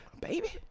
baby